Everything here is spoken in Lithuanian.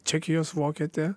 čekijos vokietė